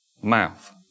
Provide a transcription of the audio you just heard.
mouth